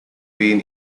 been